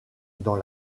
dans